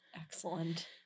Excellent